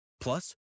plus